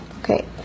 Okay